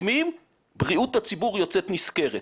מרשימים ובריאות הציבור יוצאת נשכרת.